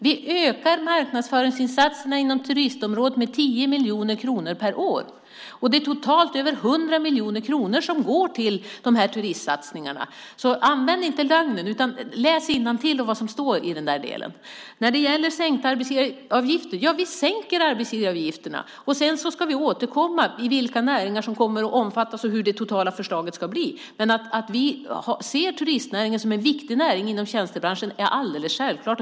Vi ökar marknadsföringsinsatserna inom turistområdet med 10 miljoner kronor per år. Det är totalt över 100 miljoner kronor som går till de här turistsatsningarna. Använd inte lögnen, utan läs innantill vad som står i den delen. Vi sänker arbetsgivaravgifterna. Vi ska återkomma till vilka näringar som kommer att omfattas och hur det totala förslaget ska bli. Men att vi ser turistnäringen som en viktig näring inom tjänstebranschen är alldeles självklart.